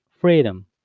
Freedom